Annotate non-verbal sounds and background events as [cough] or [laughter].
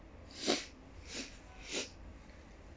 [noise]